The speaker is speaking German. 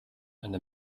eine